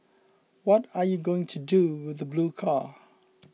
what are you going to do with the blue car